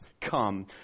come